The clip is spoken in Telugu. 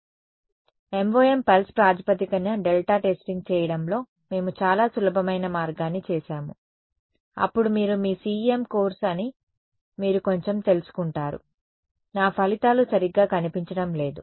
కాబట్టి MoM పల్స్ ప్రాతిపదికన డెల్టా టెస్టింగ్ చేయడంలో మేము చాలా సులభమైన మార్గాన్ని చేసాము అప్పుడు మీరు మీ CEM కోర్సు అని మీరు కొంచెం తెలుసుకుంటారు నా ఫలితాలు సరిగ్గా కనిపించడం లేదు